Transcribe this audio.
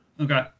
Okay